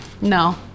No